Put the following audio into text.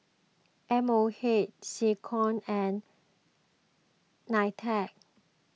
M O H SecCom and Nitec